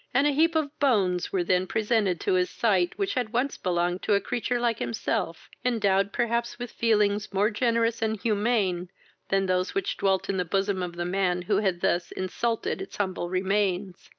and a heap of bones were then presented to his sight, which had once belonged to creature like himself, endowed perhaps with feelings more generous and humane than those which dwelt in the bosom of the man who had thus insulted its humble remains.